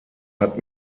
hat